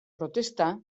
protesta